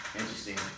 interesting